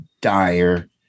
dire